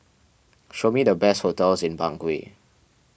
show me the best hotels in Bangui